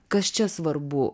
kas čia svarbu